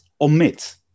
omit